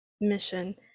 mission